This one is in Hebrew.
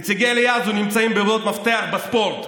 נציגי העלייה הזאת נמצאים בעמדות מפתח בספורט,